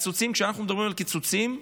כשאנחנו מדברים על קיצוצים,